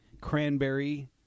cranberry